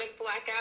blackout